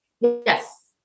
yes